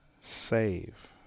save